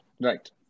right